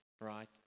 right